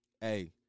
Hey